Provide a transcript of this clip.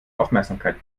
aufmerksamkeit